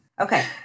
Okay